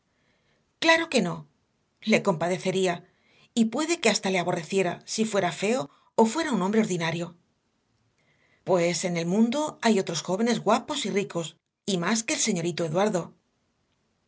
claro que no le compadecería y puede que hasta le aborreciera si fuera feo o fuera un hombre ordinario pues en el mundo hay otros jóvenes guapos y ricos y más que el señorito eduardo